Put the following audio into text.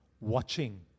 watching